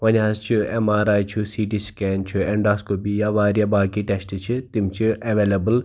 وۄنۍ حظ چھُ ایٚم آر آی چھُ سی ٹی سِکین چھُ ایٚنٛڈاسکوپی یا واریاہ باقٕے ٹیٚسٹہٕ چھِ تِم چھِ ایٚولیبٕل